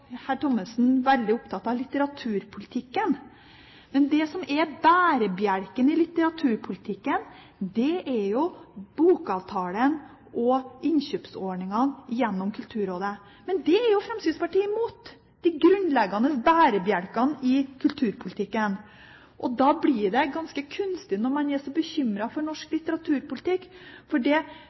veldig opptatt av litteraturpolitikken. Men det som er bærebjelken i litteraturpolitikken, er jo bokavtalen og innkjøpsordningene gjennom Kulturrådet. Men det er jo Fremskrittspartiet imot – de grunnleggende bærebjelkene i kulturpolitikken. Da blir det ganske kunstig når man er så bekymret for norsk litteraturpolitikk. For det